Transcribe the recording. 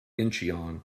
incheon